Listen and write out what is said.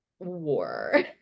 war